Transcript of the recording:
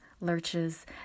lurches